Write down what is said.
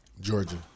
Georgia